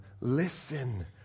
listen